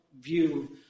view